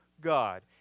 God